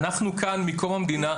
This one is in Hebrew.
אנחנו כאן מקום המדינה,